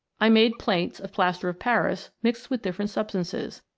i made plates of plaster of paris mixed with different substances,